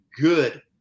good